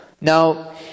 Now